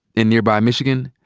in nearby michigan,